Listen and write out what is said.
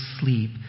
sleep